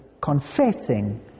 confessing